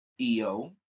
EO